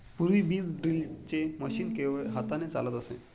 पूर्वी बीज ड्रिलचे मशीन केवळ हाताने चालत असे